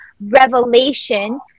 revelation